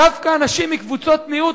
דווקא אנשים מקבוצות מיעוט,